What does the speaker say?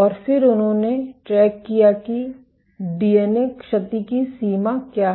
और फिर उन्होंने ट्रैक किया कि डीएनए क्षति की सीमा क्या है